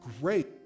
Great